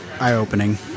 eye-opening